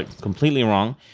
ah completely wrong.